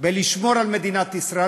בלשמור על מדינת ישראל,